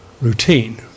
routine